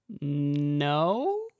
No